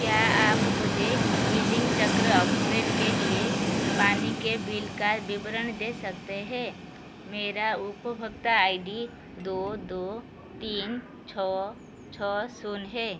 क्या आप मुझे बिलिंग चक्र अप्रेल के लिए पानी के बिल का विवरण दे सकते हैं मेरा उपभोक्ता आई डी दो दो तीन छः छः शून्य है